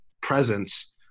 presence